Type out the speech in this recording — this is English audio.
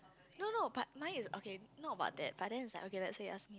no no but mine is okay not about that then it's like okay let's say us